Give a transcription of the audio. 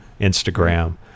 Instagram